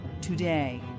today